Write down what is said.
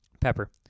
pepper